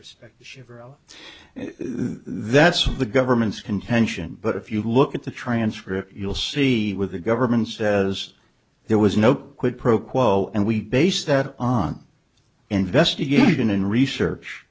oh that's the government's contention but if you look at the transcript you'll see where the government says there was no quid pro quo and we base that on investigation and research